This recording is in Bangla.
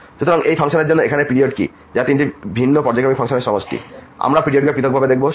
সুতরাং এই ফাংশনের জন্য এখানে পিরিয়ড কী যা তিনটি ভিন্ন পর্যায়ক্রমিক ফাংশনের সমষ্টি আমরা পিরিয়ডকে পৃথকভাবে দেখব